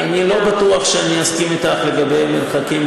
אני לא בטוח שאני מסכים אתך לגבי המרחקים,